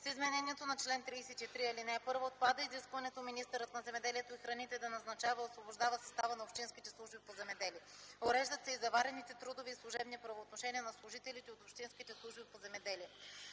С изменението на чл. 33, ал. 1 отпада изискването министърът на земеделието и храните да назначава и освобождава състава на общинските служби по земеделие. Уреждат се и заварените трудови и служебни правоотношения на служителите от общинските служби по земеделие.